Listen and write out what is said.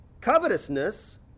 covetousness